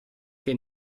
che